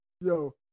Yo